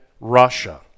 Russia